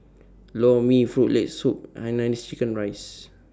Lor Mee Frog Leg Soup and Hainanese Chicken Rice